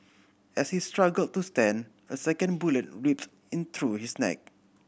as he struggle to stand a second bullet ripped in through his neck